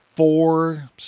Four